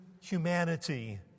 humanity